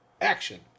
action